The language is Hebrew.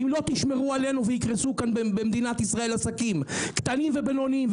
אם לא תשמרו עלינו ויקרסו כאן במדינת ישראל עסקים קטנים ובינוניים,